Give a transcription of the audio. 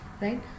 right